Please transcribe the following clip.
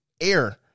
air